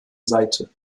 seite